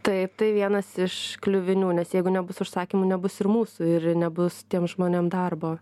taip tai vienas iš kliuvinių nes jeigu nebus užsakymų nebus ir mūsų ir nebus tiem žmonėm darbo